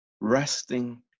resting